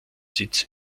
sitz